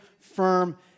firm